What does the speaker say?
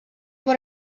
what